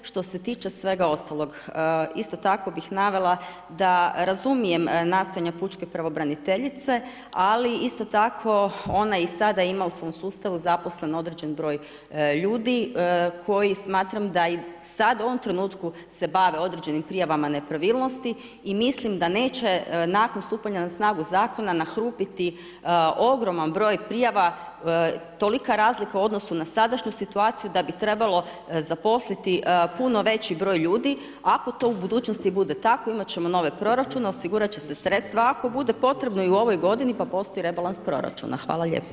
Što se tiče svega ostalog, isto tako bih navela da razumijem nastojanja pučke pravobraniteljice ali ona i sada ima u svom sustavu zaposlen određeni broj ljudi koji smatram da sad u ovom trenutku se bave određenim prijavama nepravilnosti i mislim da neće nakon stupanja na snagu zakona nahrupiti ogroman broj prijava, tolika razlika u odnosu na sadašnji situaciju da bi trebalo zaposliti puno veći broj, ljudi ako to u budućnosti bude tako, imat ćemo nove proračune, osigurat će se sredstva, ako bude potrebno i u ovoj godini pa postoji rebalans proračuna, hvala lijepo.